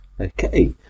okay